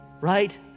Right